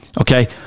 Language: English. okay